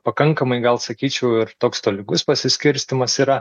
pakankamai gal sakyčiau ir toks tolygus pasiskirstymas yra